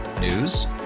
News